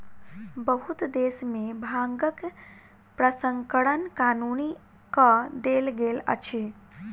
बहुत देश में भांगक प्रसंस्करण कानूनी कअ देल गेल अछि